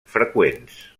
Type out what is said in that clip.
freqüents